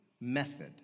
method